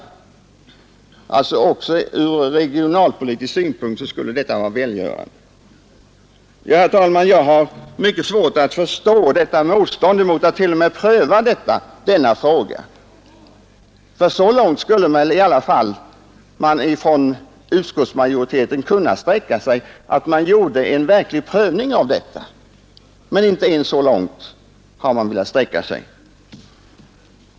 Systemet skulle alltså även ur regionalpolitiska synpunkter vara välgörande. Herr talman! Jag har mycket svårt att förstå motståndet t.o.m. mot att pröva frågan. Utskottsmajoriteten skulle väl i alla fall kunna sträcka sig så långt att man företog en verklig prövning, men inte ens det har man velat göra.